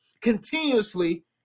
continuously